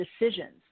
decisions